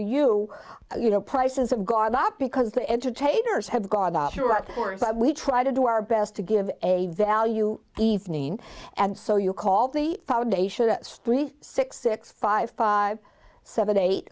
you you know places of god up because the entertainers have god we try to do our best to give a value evening and so you call the foundation street six six five five seven eight